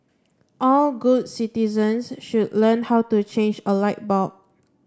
all good citizens should learn how to change a light bulb